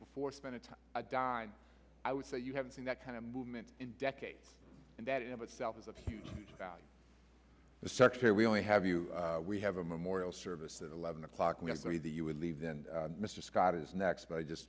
before spend it's a dime i would say you haven't seen that kind of movement in decades and that in itself is a huge huge about the structure we only have you we have a memorial service at eleven o'clock we agree that you would leave then mr scott is next but i just